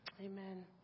amen